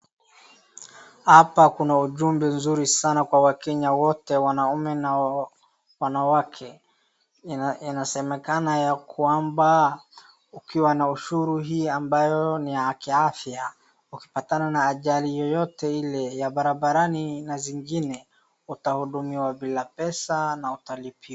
Hapa kuna ujumbe mzuri sana kwa wakenya wote wanaume na wanawake. Inasemekana ya kwamba ukiwa na ushuru hii ambayo ni ya kiafya, ukipatana na ajali yoyote ile ya barabarani na zingine, utahudumiwa bila pesa na utalipiwa.